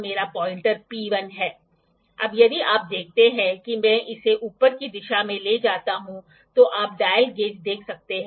angle को दो रेखाओं के बीच के खोलने के रूप में परिभाषित किया जाता है जो एक पाॅइंट पर मिलते हैं